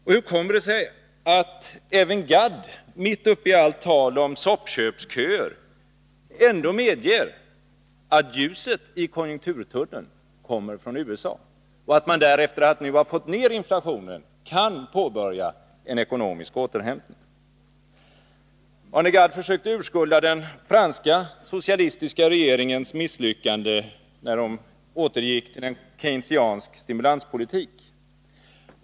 Och hur kommer det sig att även Arne Gadd mitt uppe i allt tal om soppköksköer ändå medger att ljuset i konjunkturtunneln kommer från USA och att man där — efter att nu ha fått ned inflationen — kan påbörja en ekonomisk återhämtning? Arne Gadd försökte urskulda den franska socialistiska regeringens misslyckande, när den återgick till en keynesiansk stimulanspolitik.